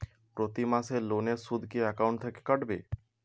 প্রতি মাসে লোনের সুদ কি একাউন্ট থেকে কাটবে?